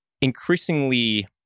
increasingly